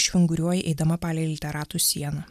išvinguriuoji eidama palei literatų siena